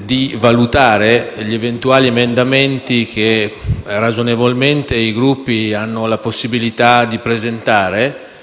di valutare gli eventuali emendamenti che, ragionevolmente, i Gruppi hanno la possibilità di presentare